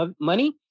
money